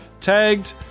tagged